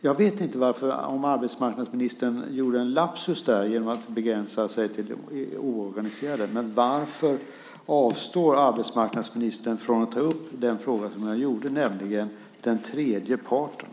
Jag vet inte om arbetsmarknadsministern gjorde en lapsus genom att begränsa sig till de oorganiserade, men varför avstår arbetsmarknadsministern från att ta upp frågan om den tredje parten?